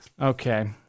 Okay